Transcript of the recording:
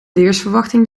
weersverwachting